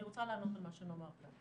אני רוצה לענות על מה שנאמר כאן.